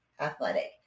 athletic